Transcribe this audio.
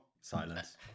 Silence